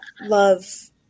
love